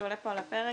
שעולה פה על הפרק,